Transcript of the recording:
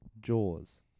Jaws